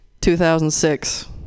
2006